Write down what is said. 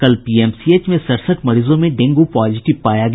कल पीएमसीएच में सड़सठ मरीजों में डेंगू पॉजीटिव पाया गया